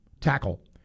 tackle